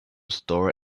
store